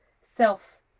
self